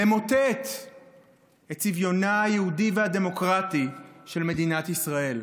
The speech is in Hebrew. למוטט את צביונה היהודי והדמוקרטי של מדינת ישראל.